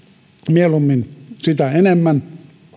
mieluummin sitä enemmän